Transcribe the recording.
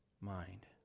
mind